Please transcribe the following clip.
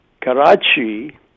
Karachi